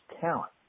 talent